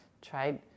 Try